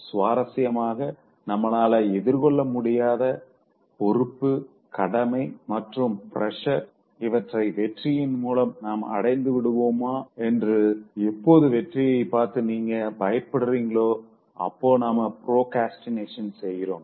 சுவாரசியமாக நம்மளால எதிர்கொள்ள முடியாத பொறுப்புகடமை மற்றும் பிரஷர் இவற்றை வெற்றியின் மூலம் நாம் அடைந்து விடுவோமோ என்று எப்போது வெற்றியை பார்த்து நீங்க பயப்படுறீங்களோ அப்போ நாம ப்ரோக்ரஸ்டினேட் செய்கிறோம்